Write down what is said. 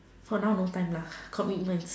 for now no time lah commitment